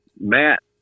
Matt